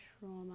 trauma